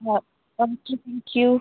uh okay thank you